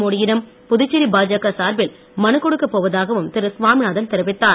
மோடியிடம் புதுச்சேரி பாஜக சார்பில் மனு கொடுக்க போவதாகவும் திரு சாமிநாதன் தெரிவித்தார்